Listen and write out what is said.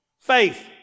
Faith